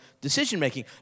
decision-making